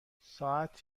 ساعت